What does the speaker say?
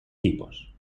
tipos